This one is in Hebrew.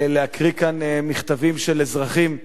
להקריא כאן מכתבים של אזרחים,